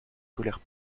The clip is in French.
colère